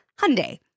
Hyundai